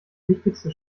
wichtigste